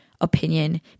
opinion